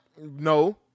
No